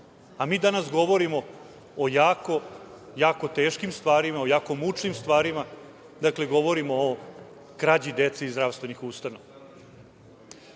danas govorimo o jako teškim stvarima, mučnim stvarima, govorimo o krađi dece iz zdravstvenih ustanova. Ja